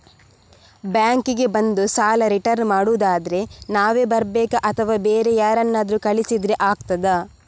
Bank ಗೆ ಬಂದು ಸಾಲ ರಿಟರ್ನ್ ಮಾಡುದಾದ್ರೆ ನಾವೇ ಬರ್ಬೇಕಾ ಅಥವಾ ಬೇರೆ ಯಾರನ್ನಾದ್ರೂ ಕಳಿಸಿದ್ರೆ ಆಗ್ತದಾ?